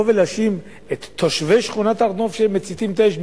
ולהאשים את תושבי שכונת הר-נוף שהם מציתים את האש,